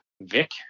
Vic